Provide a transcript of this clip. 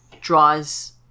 draws